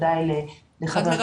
בוודאי לחברי הכנסת שנכחו בדיון.